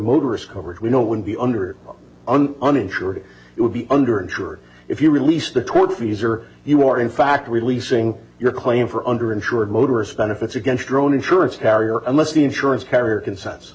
motorist coverage we know would be under an uninsured it would be under insured if you release the towards the user you are in fact releasing your claim for under insured motorists benefits against your own insurance carrier unless the insurance carrier consents